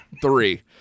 three